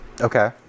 Okay